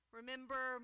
Remember